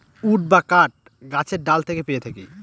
would বা কাঠ গাছের ডাল থেকে পেয়ে থাকি